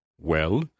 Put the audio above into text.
Well